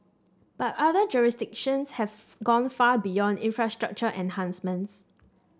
but other jurisdictions have gone far beyond infrastructure enhancements